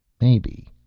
maybe.